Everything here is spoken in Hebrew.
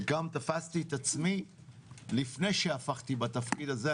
גם תפסתי את עצמי לפני שהפכתי בתפקיד הזה.